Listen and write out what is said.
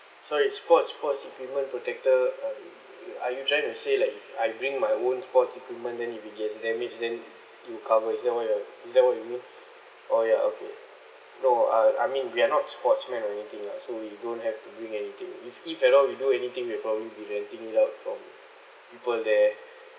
sorry sports sports equipment protector uh are you trying to say like I bring my own sport equipment then if it gets damaged then it will cover is that what you are is that what you mean oh ya okay no I I mean we are not sports man or anything lah so we don't have to bring anything with if along we do anything we'll probably be renting it out from people there